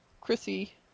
Chrissy